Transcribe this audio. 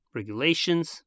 Regulations